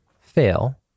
fail